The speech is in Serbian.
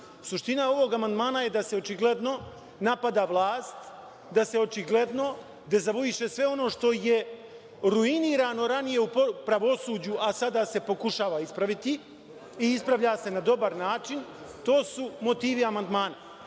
Suština ovog amandmana je da se očigledno napada vlast, da se očigledno dezavuiše sve ono što je ruinirano ranije u pravosuđu, a sada se pokušava ispraviti, i ispravlja se na dobar način. To su motivi amandmana.S